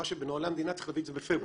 שבנוהלי המדינה צריך להביא בפברואר.